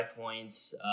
points